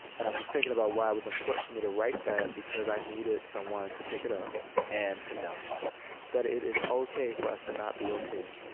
and i'm just thinking about why it was important for me to write that because i needed someone to pick it up and to know that it is ok for us to not be ok.